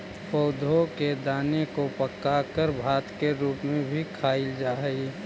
पौधों के दाने को पकाकर भात के रूप में भी खाईल जा हई